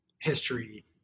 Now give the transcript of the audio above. history